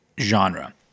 genre